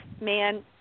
man